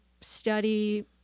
study